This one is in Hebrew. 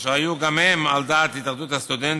אשר היו גם הם על דעת התאחדות הסטודנטים,